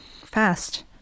Fast